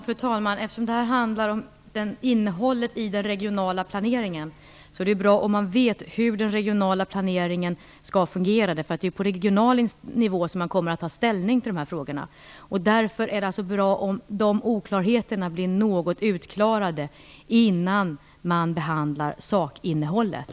Fru talman! Eftersom detta handlar om innehållet i den regionala planeringen är det bra om man vet hur den regionala planeringen skall fungera, eftersom det ju är på regional nivå som man kommer att ta ställning till de här frågorna. Därför är det alltså bra om de oklarheterna blir något utklarade innan man behandlar sakinnehållet.